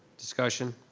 discussion?